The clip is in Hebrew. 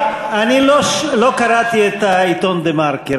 אני לא קראתי את העיתון "דה-מרקר",